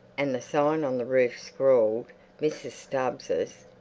and the sign on the roof, scrawled mrs. stubbs's,